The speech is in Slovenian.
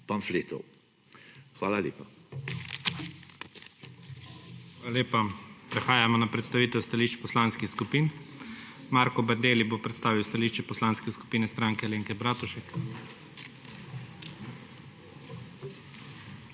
pamfletov. Hvala lepa.